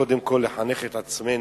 קודם כול לחנך את עצמנו,